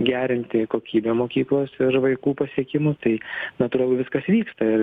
gerinti kokybę mokyklos ir vaikų pasiekimų tai natūralu viskas vyksta ir